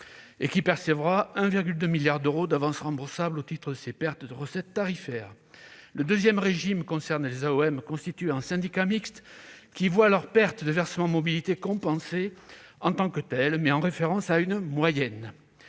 Cette AOM percevra ainsi 1,2 milliard d'euros d'avances remboursables au titre de ses pertes de recettes tarifaires. Le deuxième régime s'applique aux AOM constituées en syndicat mixte, qui voient leurs pertes de versement mobilité compensées en tant que telles, en référence à une moyenne.